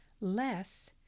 less